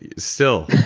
yeah still